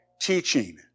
teaching